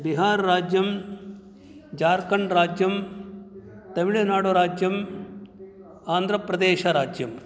बिहार् राज्यं जार्खण्ड् राज्यं तमिलनाडु राज्यम् आन्ध्रप्रदेशराज्यं